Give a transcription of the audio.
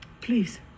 please